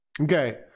Okay